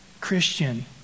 Christian